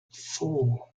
four